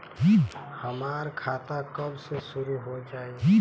हमार खाता कब से शूरू हो जाई?